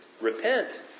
Repent